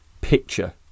picture